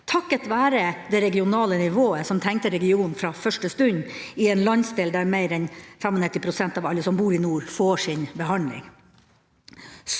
takket være det regionale nivået som tenkte region fra første stund – i en landsdel der mer enn 95 pst. av alle som bor i nord, får sin behandling.